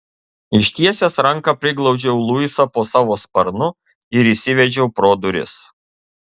ištiesęs ranką priglaudžiau luisą po savo sparnu ir įsivedžiau pro duris